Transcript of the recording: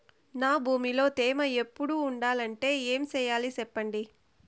నా భూమిలో తేమ ఎప్పుడు ఉండాలంటే ఏమి సెయ్యాలి చెప్పండి?